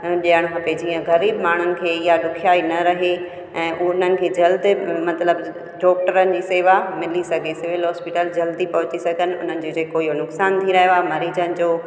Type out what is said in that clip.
ॾियणु खपे जीअं ग़रीबु माण्हुनि खे इहा ॾुखियाई न रहे ऐं उन्हनि खे जल्दी मतलबु डॉक्टरनि जी सेवा मिली सघे सिवील हॉस्पिटल जल्दी पहुची सघनि हुननि जो जेको इहो नुक़सानु थी रहियो आहे मरीज़नि जो